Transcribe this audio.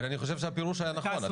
אבל אני חושב שהפירוש היה נכון.